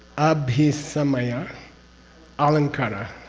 abhisamaya alankara.